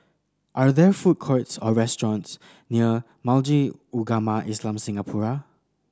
are there food courts or restaurants near Majli Ugama Islam Singapura